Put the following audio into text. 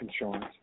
insurance